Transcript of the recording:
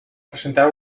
presentar